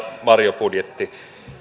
varjobudjetti